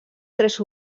tres